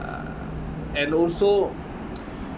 ah and also